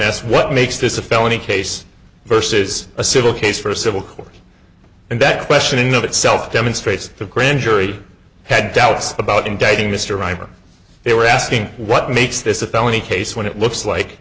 person s what makes this a felony case versus a civil case for a civil court and that question of itself demonstrates the grand jury had doubts about indicting mr rymer they were asking what makes this a felony case when it looks like